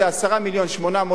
10.8 מיליון,